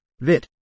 VIT